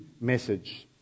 message